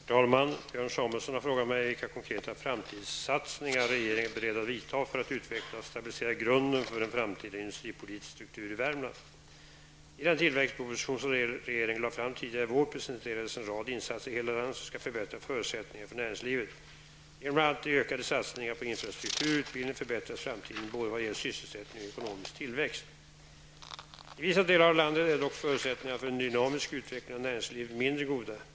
Herr talman! Björn Samuelson har frågat mig vilka konkreta framtidssatsningar regeringen är beredd att vidta för att utveckla och stabilisera grunden för en framtida industripolitisk struktur i Värmland. I den tillväxtproposition som regeringen lade fram tidigare i vår presenterades en rad insatser i hela landet som skall förbättra förutsättningarna för näringslivet. Genom bl.a. de ökade satsningarna på infrastruktur och utbildning förbättras framtiden vad gäller både sysselsättning och ekonomisk tillväxt. I vissa delar av landet är dock förutsättningarna för en dynamisk utveckling av näringslivet mindre goda.